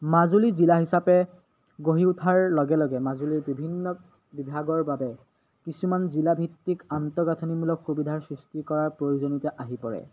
মাজুলী জিলা হিচাপে গঢ়ি উঠাৰ লগে লগে মাজুলীৰ বিভিন্ন বিভাগৰ বাবে কিছুমান জিলাভিত্তিক আন্তঃগাঁথনীমূলক সুবিধাৰ সৃষ্টি কৰাৰ প্ৰয়োজনীয়তা আহি পৰে